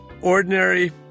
ordinary